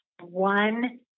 one